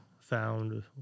found